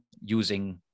using